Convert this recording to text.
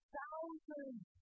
thousands